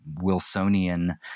wilsonian